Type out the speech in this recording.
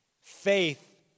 Faith